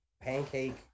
pancake